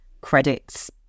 credits